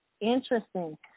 interesting